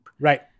Right